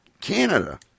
Canada